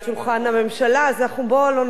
אז בוא לא נוסיף על העניין הזה.